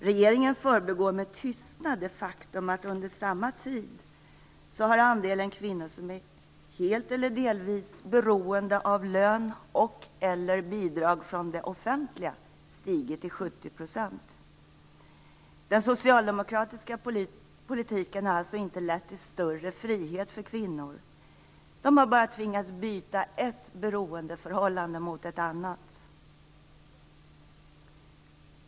Regeringen förbigår med tystnad det faktum att under samma tid hade andelen kvinnor som är helt eller delvis beroende av lön eller bidrag från det offentliga stigit till 70 %! Den socialdemokratiska politiken har alltså inte lett till större frihet för kvinnor - de har bara tvingats byta ett beroendeförhållande mot ett annat.